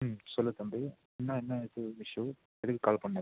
ம் சொல்லு தம்பி என்ன என்ன இஸ் இஷ்யூ எதற்கு கால் பண்ணே இப்போது